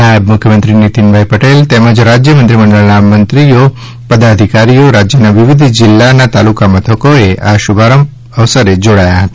નાયબ મુખ્યમંત્રી શ્રી નીતિનભાઇ પટેલ તેમજ રાજ્ય મંત્રીમંડળના મંત્રીશ્રીઓ પદાધિકારીઓ રાજ્યના વિવિધ જિલ્લાના તાલુકા મથકોએ આ શુભારંભ અવસરે જોડાયા હતા